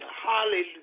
Hallelujah